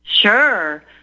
Sure